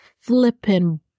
flippin